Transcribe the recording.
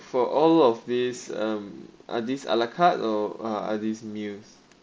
for all of these um are these a la carte cut or are are these meals